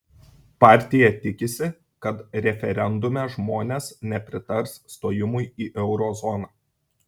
partija tikisi kad referendume žmones nepritars stojimui į euro zoną